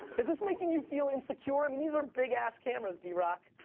is this make and you feel insecure? i mean these are big ass cameras, drock.